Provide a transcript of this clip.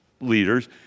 leaders